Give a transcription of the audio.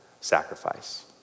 sacrifice